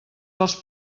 dels